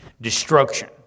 destruction